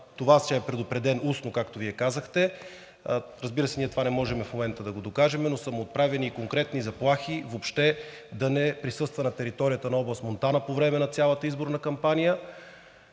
това е предупреден устно, както Вие казахте. Разбира се, ние това не можем в момента да го докажем, но са му отправени и конкретни заплахи въобще да не присъства на територията на област Монтана по време на цялата изборна кампания